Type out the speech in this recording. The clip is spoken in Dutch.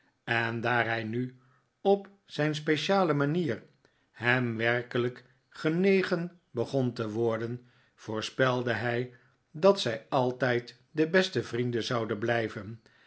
en daar hij nu op zijn speciale manier hem werkelijk genegen begon te worden voorspelde hij dat zij altijd de beste vrienden zouden blijuen